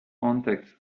contacts